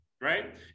right